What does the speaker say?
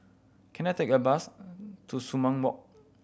can I take a bus to Sumang Walk